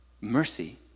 Mercy